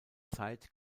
zeit